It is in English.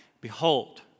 behold